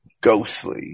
Ghostly